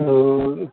आओर